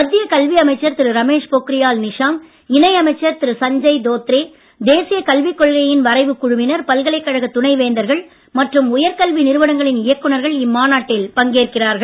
மத்திய கல்வி அமைச்சர் திரு ரமேஷ் பொக்ரியால் நிஷாங்க் இணை அமைச்சர் திரு சஞ்சய் தோத்ரே தேசிய கல்விக் கொள்கையின் வரைவுக் குழுவினர் பல்கலைக்கழக துணை வேந்தர்கள் மற்றும் உயர்கல்வி நிறுவனங்களின் இயக்குனர்கள் இம்மாநாட்டில் பங்கேற்கிறார்கள்